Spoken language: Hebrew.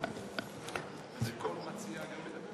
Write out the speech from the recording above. כל מציע גם ידבר?